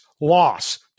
loss